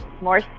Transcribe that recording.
more